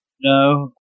No